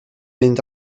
mynd